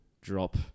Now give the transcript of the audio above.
drop